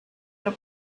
your